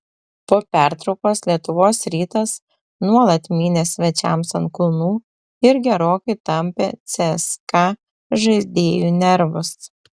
po pertraukos lietuvos rytas nuolat mynė svečiams ant kulnų ir gerokai tampė cska žaidėjų nervus